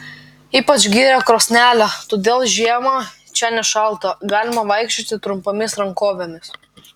ypač gyrė krosnelę todėl žiemą čia nešalta galima vaikščioti trumpomis rankovėmis